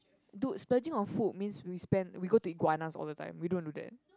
dude splurging on food means we spend we go to Iguanas all the time we don't do that